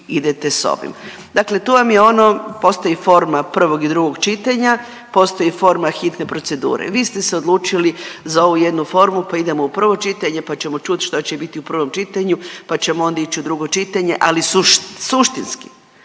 idete s ovim. Dakle, tu vam je ono, postoji forma prvog i drugog čitanja, postoji forma hitne procedure, vi ste se odlučili za ovu jednu formu, pa idemo u prvo čitanje, pa ćemo čut što će biti u prvom čitanju, pa ćemo onda ić u drugo čitanje, ali suštinski.